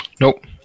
Nope